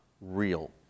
real